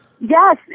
Yes